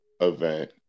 event